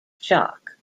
shock